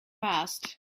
past